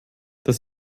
das